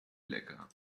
lecker